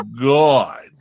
god